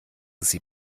sie